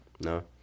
No